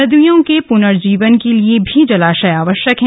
नदियों के पुनर्जीवन के लिए भी जलाशय आवश्यक हैं